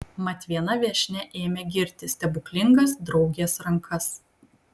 mat viena viešnia ėmė girti stebuklingas draugės rankas